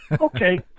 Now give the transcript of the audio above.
Okay